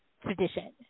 Tradition